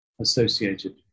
associated